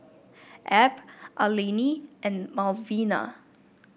Abb Alani and Malvina